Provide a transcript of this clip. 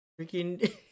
Freaking